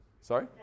Sorry